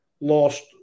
lost